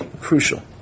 crucial